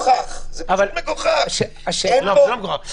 אכפת לנו על כל אחד ואחד.